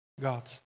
God's